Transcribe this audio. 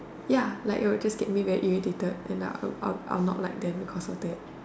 ya like it will just get me very irritated and I I I will not like them because of that